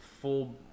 full